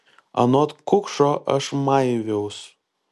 anot kukšo aš maiviaus